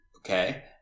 Okay